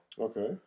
Okay